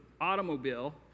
automobile